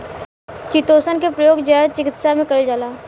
chitosan के प्रयोग जैव चिकित्सा में कईल जाला